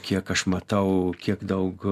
kiek aš matau kiek daug